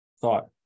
thought